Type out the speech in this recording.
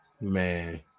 man